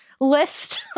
list